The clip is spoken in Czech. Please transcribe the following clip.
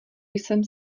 jsem